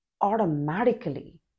automatically